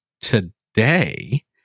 today